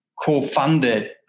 co-funded